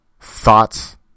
thoughts